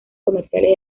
comerciales